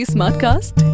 Smartcast